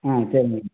ஆ சரிங்க